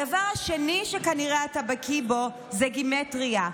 הדבר השני שכנראה אתה בקי בו זה גימטרייה,